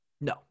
No